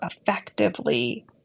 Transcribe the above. effectively